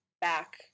back